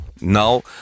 Now